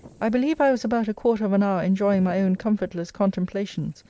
i believe i was about a quarter of an hour enjoying my own comfortless contemplations,